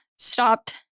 stopped